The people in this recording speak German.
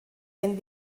ein